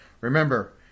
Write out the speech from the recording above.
Remember